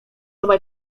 obaj